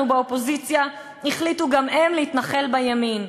באופוזיציה החליטו גם הם להתנחל בימין.